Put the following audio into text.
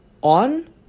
on